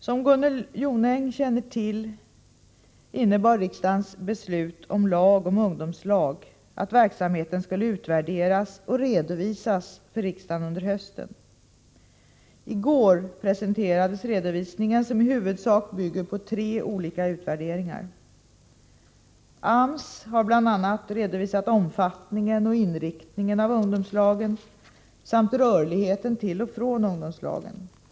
Som Gunnel Jonäng känner till innebar riksdagens beslut om lag om ungdomslag att verksamheten skulle utvärderas och redovisas för riksdagen under hösten. I går presenterades redovisningen, som i huvudsak bygger på tre olika utvärderingar. AMS har bl.a. redovisat omfattningen och inriktningen av ungdomslagen samt rörligheten till och från ungdomslagen.